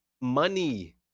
money